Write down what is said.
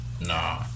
nah